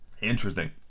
Interesting